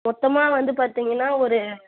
மொத்தமாக வந்து பார்த்தீங்கன்னா ஒரு